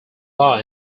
law